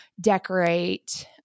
decorate